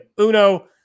Uno